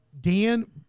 Dan